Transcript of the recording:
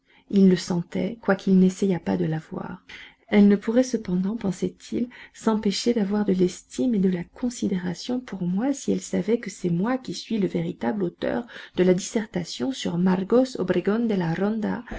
il le sentait quoiqu'il n'essayât pas de la voir elle ne pourrait cependant pensait-il s'empêcher d'avoir de l'estime et de la considération pour moi si elle savait que c'est moi qui suis le véritable auteur de la dissertation sur marcos obregon de la ronda